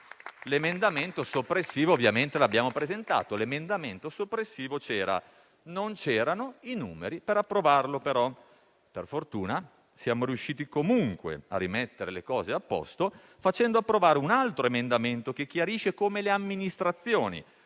Abbiamo presentato ovviamente l'emendamento soppressivo, ma non c'erano i numeri per approvarlo. Per fortuna, siamo riusciti comunque a rimettere le cose a posto facendo approvare un altro emendamento che chiarisce come le amministrazioni,